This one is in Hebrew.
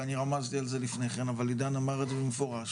ואני רמזתי על זה לפני כן אבל עידן אמר את זה במפורש,